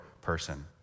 person